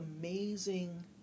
amazing